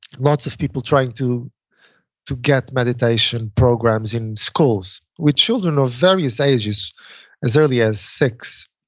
lots of people trying to to get meditation programs in schools. with children of various ages as early as six.